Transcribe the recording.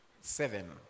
Seven